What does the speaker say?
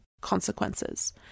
consequences